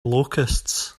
locusts